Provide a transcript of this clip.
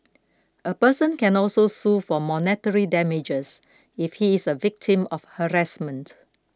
a person can also sue for monetary damages if he is a victim of harassment